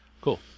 Cool